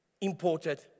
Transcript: imported